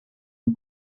amb